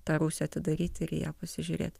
tą rūsį atidaryti ir ją pasižiūrėt